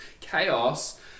Chaos